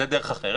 דרך אחרת